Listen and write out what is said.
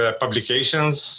publications